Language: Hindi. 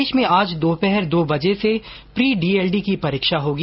प्रदेश में आज दोपहर दो बजे से प्री डीएलडी की परीक्षा होगी